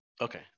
Okay